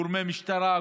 גורמי משטרה,